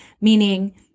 meaning